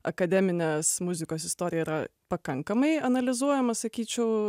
akademinės muzikos istorija yra pakankamai analizuojama sakyčiau